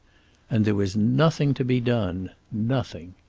and there was nothing to be done. nothing.